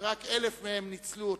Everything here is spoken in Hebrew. ורק 1,000 מהם ניצלו אותן.